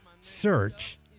Search